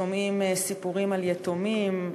שומעים סיפורים על יתומים,